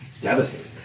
Devastating